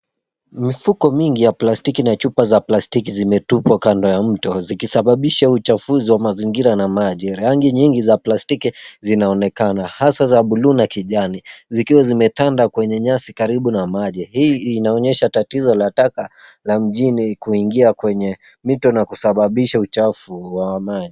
Mifuko mingi ya plastiki na chupa za plastiki zimetupwa kando ya mto zikisababisha uchafuzi wa mazingira na maji. Rangi nyingi za plastiki zinaonekana, hasa za bluu na kijani, zikiwa zimetanda kwenye nyasi karibu na maji. Hii inaonyesha tatizo la taka la mjini kuingia kwenye mito na kusababisha uchafu wa maji.